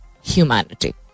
humanity